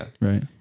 Right